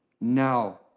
now